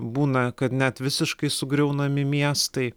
būna kad net visiškai sugriaunami miestai